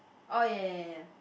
oh ya ya ya ya